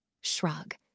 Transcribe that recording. shrug